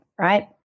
right